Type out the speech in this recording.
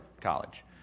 college